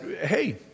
hey